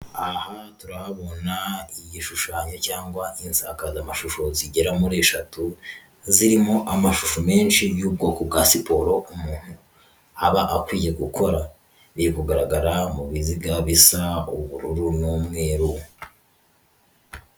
Aha turahabona igishushanyo cyangwa insakazamashusho zigera muri eshatu zirimo amashusho menshi y'ubwoko bwa siporo umuntu aba akwiye gukora, biri kugaragara mu biziga bisa ubururu n'umweru.